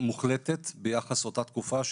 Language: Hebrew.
מוחלטת ביחס לאותה תקופה,